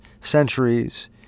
centuries